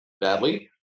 badly